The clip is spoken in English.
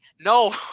No